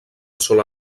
sola